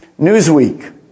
Newsweek